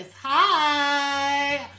Hi